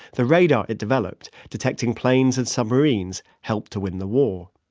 the radar it developed, detecting planes and submarines, helped to win the war.